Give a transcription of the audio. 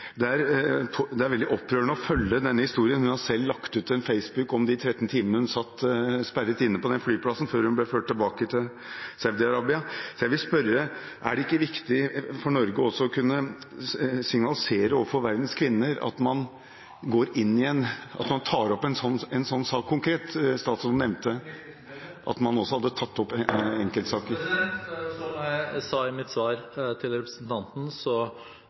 Det er veldig opprørende å følge denne historien. Hun har selv lagt ut en melding på Facebook om de 13 timene hun satt innesperret på flyplassen før hun ble ført tilbake til Saudi-Arabia. Jeg vil spørre: Er det ikke viktig for Norge å signalisere overfor verdens kvinner at man tar opp en slik sak konkret? Utenriksministeren nevnte … at man også hadde tatt opp en enkeltsak. Som jeg sa i mitt svar til representanten,